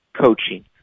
coaching